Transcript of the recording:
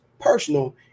personal